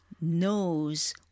knows